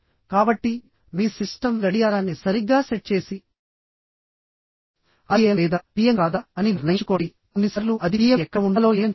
కాబట్టి మీ సిస్టమ్ గడియారాన్ని సరిగ్గా సెట్ చేసి అది AM లేదా PM కాదా అని నిర్ణయించుకోండి కొన్నిసార్లు అది PM ఎక్కడ ఉండాలో AM చూపిస్తుంది